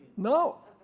no.